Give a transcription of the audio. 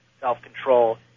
self-control